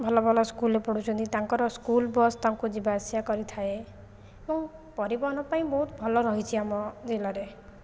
ଭଲ ଭଲ ସ୍କୁଲରେ ପଢ଼ୁଛନ୍ତି ତାଙ୍କର ସ୍କୁଲ ବସ୍ ତାଙ୍କୁ ଯିବା ଆସିବା କରିଥାଏ ଏବଂ ପରିବହନ ପାଇଁ ବହୁତ ଭଲ ରହିଛି ଆମ ଜିଲ୍ଲାରେ